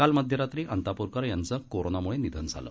काल मध्यरात्री अंतापूरकर यांचं कोरोनामुळे निधन झालं